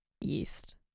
Yeast